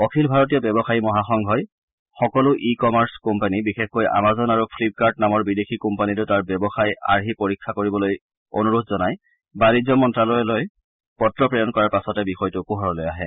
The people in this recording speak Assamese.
অখিল ভাৰতীয় ব্যৱসায়ী মহাসংঘই সকলো ই কমাৰ্চ কোম্পানী বিশেষকৈ আমাজন আৰু ফ্লিপকাৰ্ট নামৰ বিদেশী কোম্পানী দুটাৰ ব্যৱসায় আৰ্হিৰ পৰীক্ষা কৰিবলৈ অনুৰোধ জনাই বাণিজ্য মন্ত্যালয়লৈ পত্ৰ প্ৰেৰণ কৰাৰ পাছতে বিষয়টো পোহৰলৈ আহে